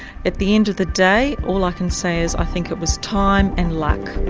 at the end of the day all i can say is i think it was time and luck.